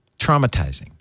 Traumatizing